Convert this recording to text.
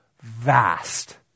Vast